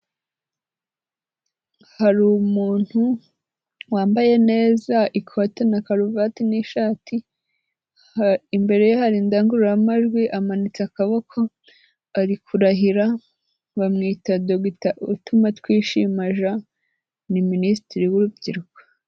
Hari umuntu wambaye neza ikote na karuvati n'ishati, imbere hari indangururamajwi amanitse akaboko ari kurahira bamwita Dr Utuma twishima Jean ni minisitiri w'urubyiruko.